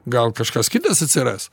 gal kažkas kitas atsiras